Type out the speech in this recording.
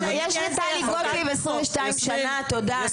יש לי את טלי גוטליב 22 שנה, תודה, אני בסדר.